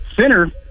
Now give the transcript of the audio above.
center